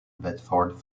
bedford